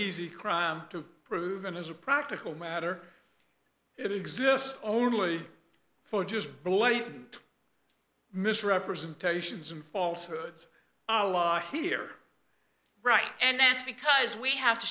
easy crime to prove and as a practical matter it exists only for just blatant misrepresentations and false hoods alaw here right and that's because we have to